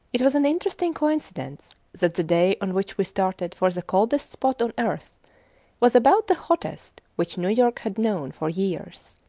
it was an interesting coincidence that the day on which we started for the coldest spot on earth was about the hottest which new york had known for years.